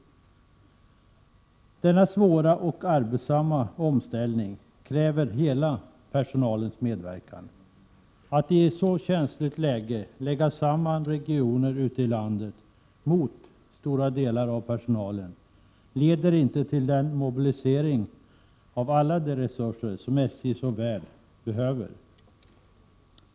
Denna svåra och arbetssamma omställning kräver hela personalens medverkan. Att lägga samman regionerna ute i landet i ett så känsligt läge — mot stora delar av personalens vilja — leder inte till den mobilisering av alla de resurser som SJ såväl behöver.